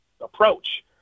approach